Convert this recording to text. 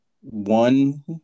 one